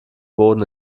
boden